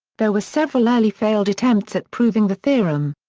there were several early failed attempts at proving the theorem.